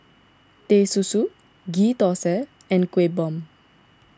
Teh Susu Ghee Thosai and Kuih Bom